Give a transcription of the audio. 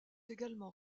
également